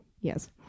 yes